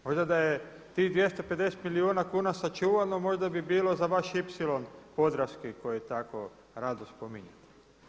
Možda da je tih 250 milijuna kuna sačuvano, možda bi bilo za vaš ipsilon podravski koji tako rado spominjete.